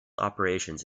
operations